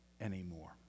anymore